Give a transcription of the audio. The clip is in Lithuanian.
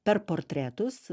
per portretus